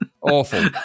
Awful